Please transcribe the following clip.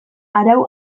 arau